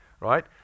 right